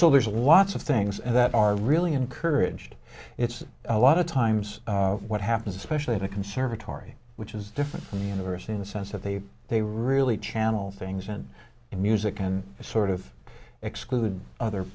so there's lots of things that are really encouraged it's a lot of times what happens especially the conservatory which is different from university in the sense that they they really channel things in the music and sort of exclude other